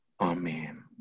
Amen